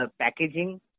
packaging